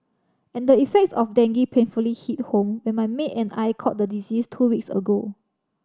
and the effects of dengue painfully hit home when my maid and I caught the disease two weeks ago